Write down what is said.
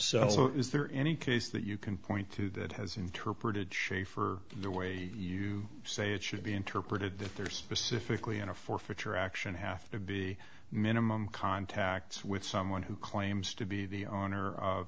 s is there any case that you can point to that has interpreted schafer the way you say it should be interpreted that there specifically in a forfeiture action have to be minimum contacts with someone who claims to be the honor